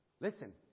Listen